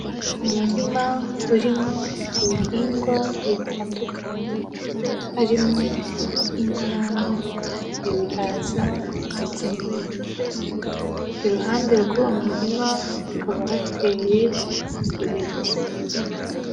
Umuririma urimo ibihingwa bitandukanye harimo inyanya, ibihaza, ndetse n'ibindi, iruhande rw'uwo murima hakaba hateye ibiti.